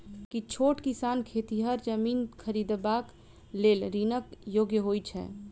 की छोट किसान खेतिहर जमीन खरिदबाक लेल ऋणक योग्य होइ छै?